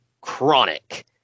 Chronic